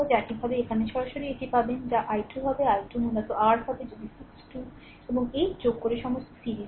একইভাবে এখানে সরাসরি এটি পাবেন যা i2 হবে i2 মূলত r হবে যদি 6 2 এবং 8 যোগ করে সমস্ত সিরিজ হয়